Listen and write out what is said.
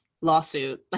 lawsuit